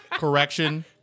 Correction